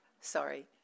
sorry